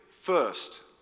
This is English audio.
first